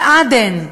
בעדן,